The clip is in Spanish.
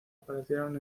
aparecieron